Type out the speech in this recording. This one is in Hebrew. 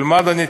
אל-מדני,